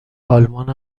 آلمان